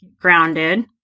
grounded